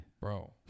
Bro